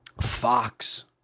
Fox